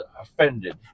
offended